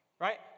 right